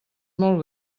molt